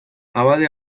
abade